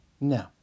No